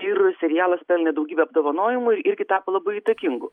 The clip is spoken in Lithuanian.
ir serialas pelnė daugybę apdovanojimų ir irgi tapo labai įtakingu